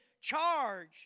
charge